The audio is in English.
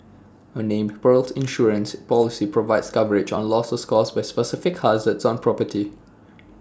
A named Perils Insurance Policy provides coverage on losses caused by specific hazards on property